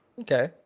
okay